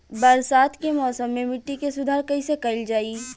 बरसात के मौसम में मिट्टी के सुधार कईसे कईल जाई?